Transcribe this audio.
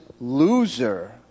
loser